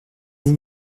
vous